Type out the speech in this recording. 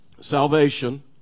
Salvation